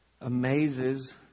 amazes